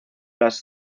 las